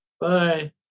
Bye